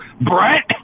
Brett